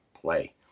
play